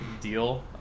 deal